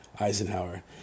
Eisenhower